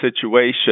situation